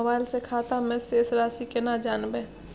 Mobile से खाता में शेस राशि केना जानबे?